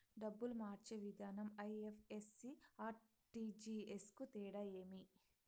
డబ్బులు మార్చే విధానం ఐ.ఎఫ్.ఎస్.సి, ఆర్.టి.జి.ఎస్ కు తేడా ఏమి?